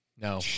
No